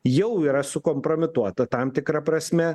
jau yra sukompromituota tam tikra prasme